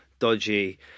Dodgy